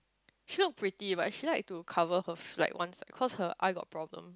she look pretty but she like to cover her fl~ ones cause her eyes got problem